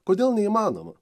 kodėl neįmanoma